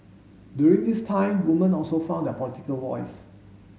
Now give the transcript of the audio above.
during this time woman also found their political voice